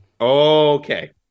Okay